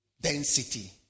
density